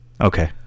Okay